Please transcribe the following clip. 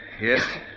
Yes